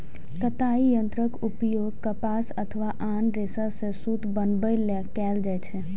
कताइ यंत्रक उपयोग कपास अथवा आन रेशा सं सूत बनबै लेल कैल जाइ छै